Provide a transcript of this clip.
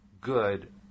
good